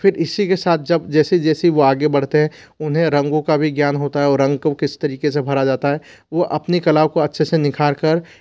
फिर इसी के साथ जब जैसे जैसे वह आगे बढ़ते हैं उन्हें रंगों का भी ज्ञान होता है और रंग को किस तरीके से भरा जाता है वह अपनी कलाओं को अच्छे से निखारकर